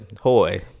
hoy